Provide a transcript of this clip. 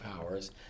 powers